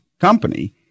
company